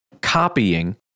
copying